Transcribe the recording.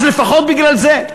אז לפחות בגלל זה.